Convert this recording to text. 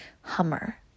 hummer